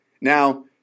Now